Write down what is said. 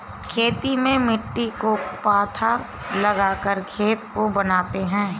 खेती में मिट्टी को पाथा लगाकर खेत को बनाते हैं?